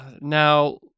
Now